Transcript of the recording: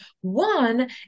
one